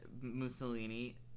mussolini